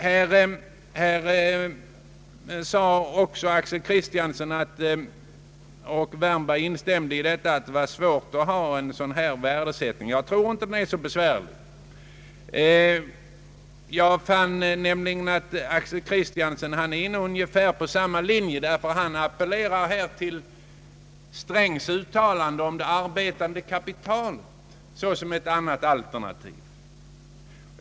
Herr Axel Kristiansson sade också, och herr Wärnberg instämde i detta, att det var svårt att åstadkomma en sådan värdesättning. Jag tror inte det är så besvärligt. Jag fann nämligen att herr Axel Kristiansson är på samma linje. Han hänvisar till herr Strängs uttalande om det arbetande kapitalet såsom ett annat alternativ.